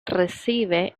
recibe